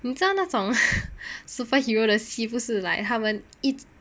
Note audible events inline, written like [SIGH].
你知道那种 [LAUGHS] superhero 的戏不是 like 他们